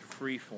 Freeform